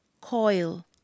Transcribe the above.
coil